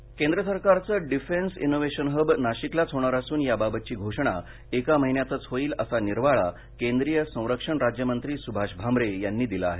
नाशिक केंद्र सरकारचे defence innovation hub नाशिकलाच होणार असून या बाबतची घोषणा एका महिन्यातच होईल असा निर्वाळा केंद्रीय सरक्षण राज्यमंत्री सुभाष भामरे यांनी दिला आहे